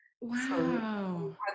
Wow